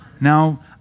Now